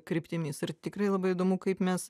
kryptimis ir tikrai labai įdomu kaip mes